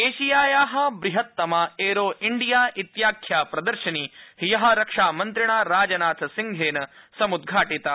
arrow show शियाया बृहत्तमा Aero India इत्याख्या प्रदर्शनी ह्य रक्षामन्त्रिणा राजनाथ सिंहेन समुद् घाटिता